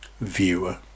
viewer